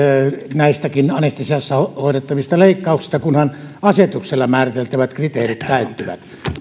anestesiassa hoidettavista leikkauksistakin kunhan asetuksella määriteltävät kriteerit täyttyvät